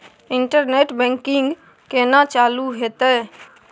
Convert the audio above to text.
Internet banking केना चालू हेते?